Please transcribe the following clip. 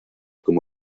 como